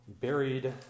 buried